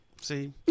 See